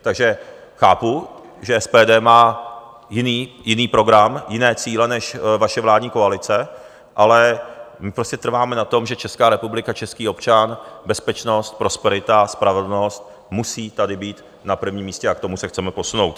Takže chápu, že SPD má jiný program, jiné cíle než vaše vládní koalice, ale my prostě trváme na tom, že Česká republika, český občan, bezpečnost, prosperita a spravedlnost musí tady být na prvním místě a k tomu se chceme posunout.